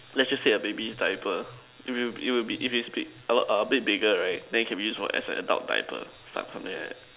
let's just say a baby diaper if you if it'll if it's be a lot of bit bigger right then you can use as adult diaper start from there